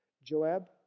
Joab